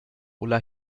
ulla